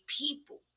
people